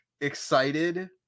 excited